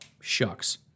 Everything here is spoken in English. Shucks